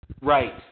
Right